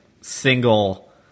single